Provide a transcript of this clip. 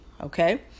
Okay